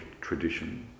tradition